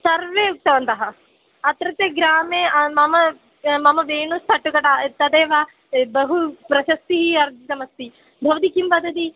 सर्वे उक्तवन्तः अत्र ते ग्रामे मम मम वेणुस्थट् कटा तदेव बहु प्रशस्तिः अर्जितमस्ति भवती किं वदति